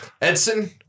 Edson